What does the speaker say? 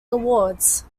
awards